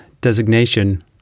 designation